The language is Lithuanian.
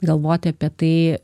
galvoti apie tai